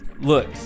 Look